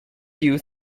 you